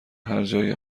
هرجایی